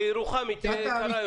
לירוחם היא תהיה יקרה יותר.